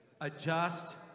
Adjust